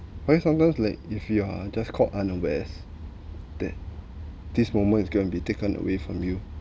why sometimes like if you are just caught unawares that this moment is going to be taken away from you